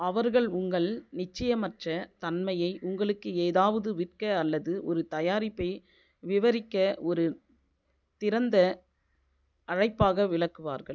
அவர்கள் உங்கள் நிச்சயமற்ற தன்மையை உங்களுக்கு ஏதாவது விற்க அல்லது ஒரு தயாரிப்பை விவரிக்க ஒரு திறந்த அழைப்பாக விளக்குவார்கள்